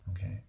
okay